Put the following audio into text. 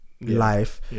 life